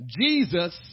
Jesus